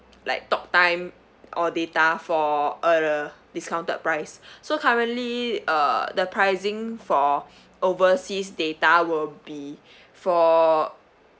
like talk time or data for a discounted price so currently uh the pricing for overseas data will be for